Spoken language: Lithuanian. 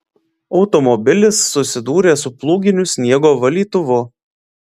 automobilis susidūrė su plūginiu sniego valytuvu